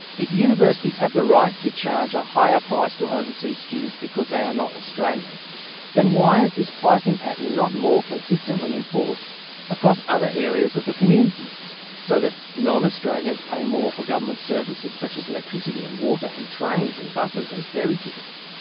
if universities have the right to charge a higher price to overseas students because they are not australian then why is this pricing pattern not more consistently enforced across other areas of the community so that non-australians pay more for government services such as electricity and water and train, and bus, and ferry tickets?